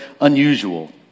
unusual